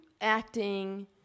acting